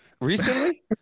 Recently